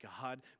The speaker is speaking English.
God